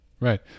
Right